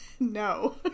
No